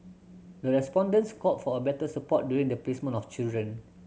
the respondents called for a better support during the placement of children